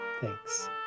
Thanks